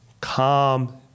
Calm